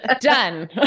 Done